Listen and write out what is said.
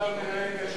עכשיו נראה אם יש